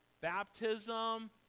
baptism